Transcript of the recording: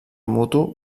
mutu